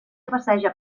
passeja